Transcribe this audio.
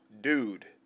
dude